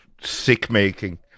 sick-making